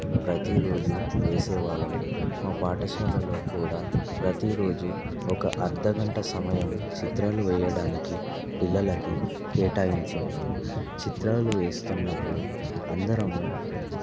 ప్రతీరోజు వేసే వాళ్ళము మా పాఠశాలలో కూడా ప్రతీరోజు ఒక అర్దగంట సమయం చిత్రాలు వేయడానికి పిల్లలకి కేటాయించేవారు చిత్రాలు వేస్తున్నప్పుడు అందరమూ